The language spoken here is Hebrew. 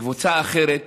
וקבוצה אחרת